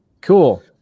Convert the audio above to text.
Cool